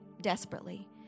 desperately